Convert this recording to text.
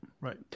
right